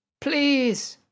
Please